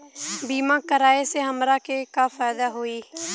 बीमा कराए से हमरा के का फायदा होई?